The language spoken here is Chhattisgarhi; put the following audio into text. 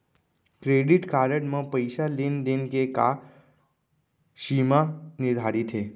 क्रेडिट कारड म पइसा लेन देन के का सीमा निर्धारित हे?